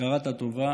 הכרת הטובה